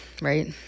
right